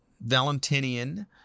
Valentinian